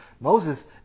Moses